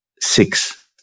six